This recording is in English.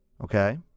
okay